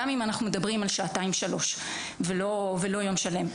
גם אם אנחנו מדברים על שעתיים-שלוש ולא יום שלם.